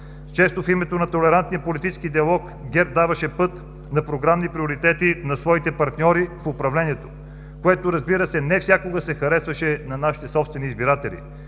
Често в името на толерантния политически диалог ГЕРБ даваше път на програмни приоритети на своите партньори в управлението, което, разбира се, не всякога се харесваше на нашите собствени избиратели.